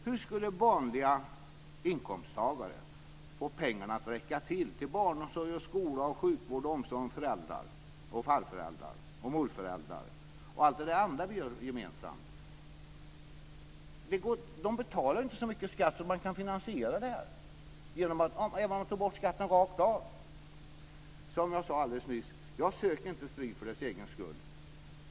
Hur skulle vanliga inkomsttagare få pengarna att räcka till barnomsorg, skola, sjukvård, omsorg om föräldrar och far och morföräldrar och allt annat vi gör gemensamt? De betalar ju inte så mycket skatt att man kan finansiera det här även om man tar bort skatten rakt av. Som jag sade alldeles nyss söker jag inte strid för stridens egen skull.